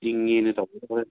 ꯏꯪꯉꯦꯅ ꯇꯧꯕꯗ ꯍꯣꯔꯦꯟ